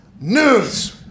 news